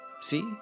See